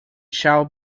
shall